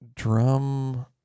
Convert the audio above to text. Drum